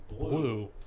Blue